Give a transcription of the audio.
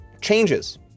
changes